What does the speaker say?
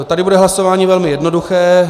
Tady bude hlasování velmi jednoduché.